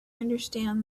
understand